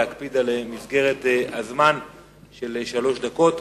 להקפיד על מסגרת הזמן של שלוש דקות.